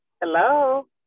Hello